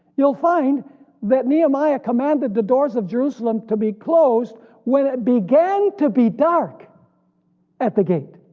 you'll find that nehemiah commanded the doors of jerusalem to be closed when it began to be dark at the gate,